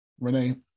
Renee